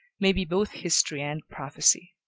may be both history and prophecy.